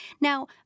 Now